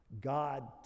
God